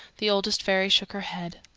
the oldest fairy shook her head.